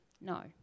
No